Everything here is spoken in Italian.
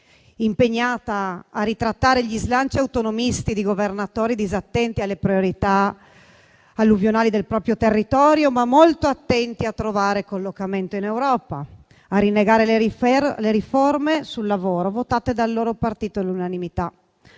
impegnata a ritrattare gli slanci autonomisti di governatori disattenti alle priorità alluvionali del proprio territorio, ma molto attenti a trovare collocamento in Europa, a rinnegare le riforme sul lavoro votate dal loro partito all'unanimità,